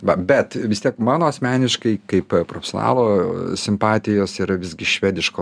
va bet vis tiek mano asmeniškai kaip profesionalo simpatijos yra visgi švediško